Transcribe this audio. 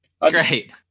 Great